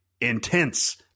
intense